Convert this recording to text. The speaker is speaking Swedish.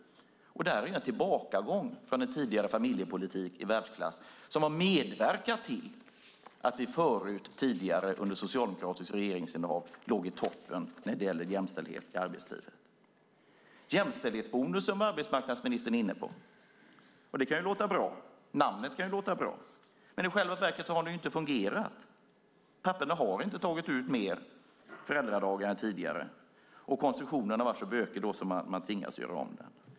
Det här är egentligen en tillbakagång från den tidigare familjepolitik i världsklass som har medverkat till att vi förut under socialdemokratiskt regeringsinnehav låg i topp när det gäller jämställdhet i arbetslivet. Jämställdhetsbonus var arbetsmarknadsministern inne på. Det kan låta bra, namnet kan låta bra, men i själva verket har det inte fungerat. Papporna har inte tagit ut fler föräldradagar än tidigare. Konstruktionen har varit så bökig att man tvingas göra om den.